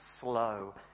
slow